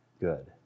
good